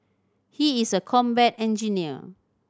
he is a combat engineer